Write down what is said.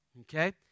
okay